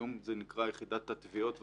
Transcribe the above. היום זה נקרא יחידת התביעות וההכרה.